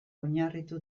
oinarritu